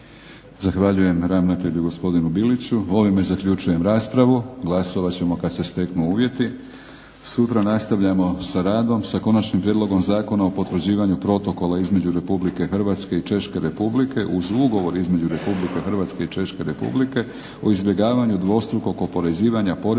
Zahvaljujem ravnatelju gospodinu Biliću. Ovime zaključujem raspravu. Glasovat ćemo kad se steknu uvjeti. Sutra nastavljamo sa radom sa Konačnim prijedlogom zakona o potvrđivanju protokola između Republike Hrvatske i Češke Republike uz ugovor između Republike Hrvatske i Češke Republike o izbjegavanju dvostrukog oporezivanja porezima na